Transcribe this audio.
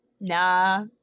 Nah